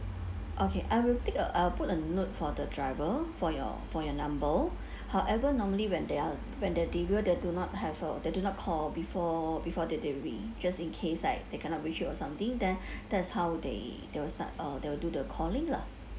okay I will take uh I'll put a note for the driver for your for your number however normally when they are when they deliver they do not have uh they do not call before before they delivery just in case like they cannot reach you or something then that's how they they will start uh they will do the calling lah